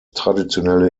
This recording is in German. traditionelle